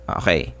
okay